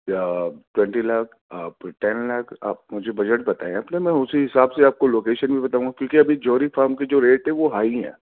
یا ٹوئنٹی لاکھ آپ ٹین لاکھ آپ مجھے بجٹ بتائیں آپ نا میں اسی حساب سے آپ کو لوکیشن بھی بتاؤں گا کیونکہ ابھی جوہری فام کے جو ریٹ ہیں وہ ہائی ہی ہیں